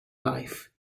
life